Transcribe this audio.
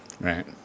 Right